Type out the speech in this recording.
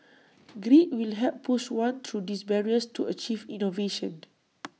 grit will help push one through these barriers to achieve innovation